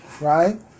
right